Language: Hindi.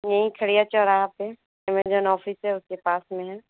नहीं खड़िया चौराहा पे व्यंजन ऑफिस है उसके पास में है